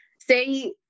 Say